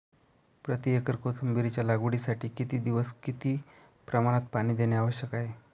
प्रति एकर कोथिंबिरीच्या लागवडीसाठी किती दिवस किती प्रमाणात पाणी देणे आवश्यक आहे?